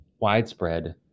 widespread